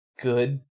good